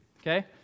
okay